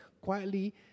quietly